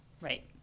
Right